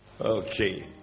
Okay